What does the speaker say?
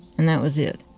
and that was it.